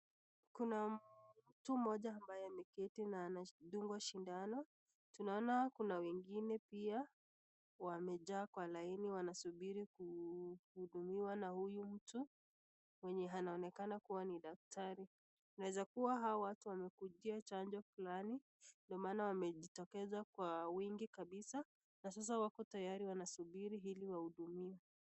Kuna mtu mmoja ambaye ameketi na anadungwa sindano tunaona kuna wengine pia wamejaa kwa laini wanasubiri kuhudhumiwa na huyu mtu mwenye anaonekana kuwa ni daktari, Inaeza kuwa hawa watu wamekujia chanjo fulani ndo maana wamejitokeza kwa wingi kabisa na sasa wako tayari wanasubiri ili wahudumiwe.